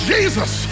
Jesus